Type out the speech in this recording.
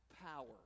Power